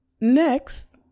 Next